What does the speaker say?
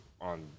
on